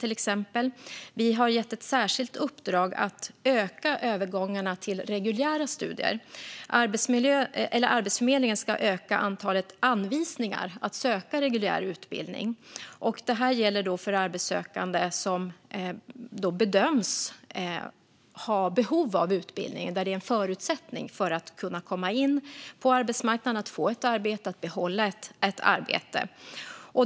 Vi har också gett ett särskilt uppdrag att öka övergångarna till reguljära studier. Arbetsförmedlingen ska öka antalet anvisningar att söka reguljär utbildning. Detta gäller arbetssökande som bedöms ha behov av utbildning - där det är en förutsättning för att personen ska kunna komma in på arbetsmarknaden, få ett arbete och behålla ett arbete.